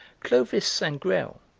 clovis sangrail,